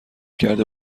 کرده